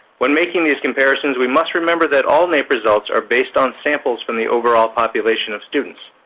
when making these comparisons we must remember that all naep results are based on samples from the overall population of students.